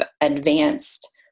advanced